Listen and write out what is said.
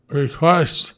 request